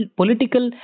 political